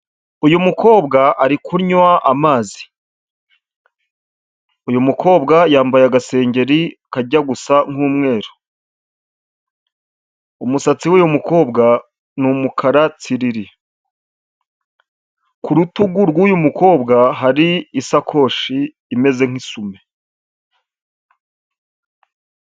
Uyu mukobwa ari kunywa amazi, uyu mukobwa yambaye agasengeri kajya gusa nk'umweru, umusatsi w'uyu mukobwa ni umukara tsiriri, ku rutugu rw'uyu mukobwa hari isakoshi imeze nk'isume.